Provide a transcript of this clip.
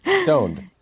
Stoned